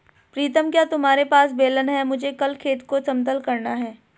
प्रीतम क्या तुम्हारे पास बेलन है मुझे कल खेत को समतल करना है?